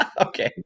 Okay